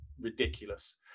ridiculous